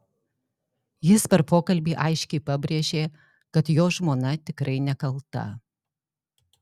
jis per pokalbį aiškiai pabrėžė kad jo žmona tikrai nekalta